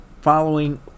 following